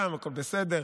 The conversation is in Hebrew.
הכול בסדר.